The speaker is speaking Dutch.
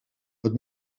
het